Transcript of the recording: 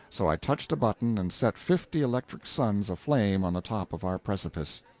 so i touched a button and set fifty electric suns aflame on the top of our precipice.